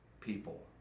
people